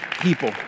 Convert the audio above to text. people